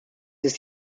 ist